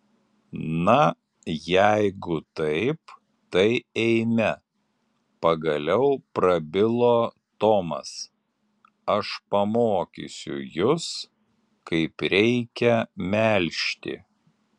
na jeigu taip tai eime pagaliau prabilo tomas aš pamokysiu jus kaip reikia melžti